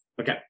Okay